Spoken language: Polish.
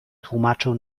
tłumaczył